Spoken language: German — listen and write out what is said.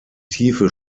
tiefe